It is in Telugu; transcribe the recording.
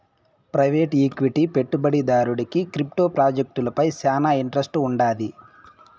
ప్రైవేటు ఈక్విటీ పెట్టుబడిదారుడికి క్రిప్టో ప్రాజెక్టులపై శానా ఇంట్రెస్ట్ వుండాది